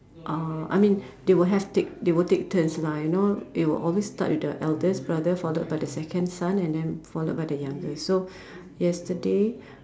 uh I mean they will have take they will take turns lah you know they will always start with the eldest brother followed by the second son and then followed by the youngest so yesterday